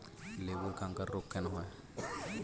লেবুর ক্যাংকার রোগ কেন হয়?